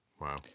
wow